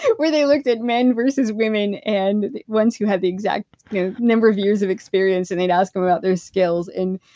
and where they looked at men versus women. and once you have the exact member views of experience. and they'd ask them about their skills and,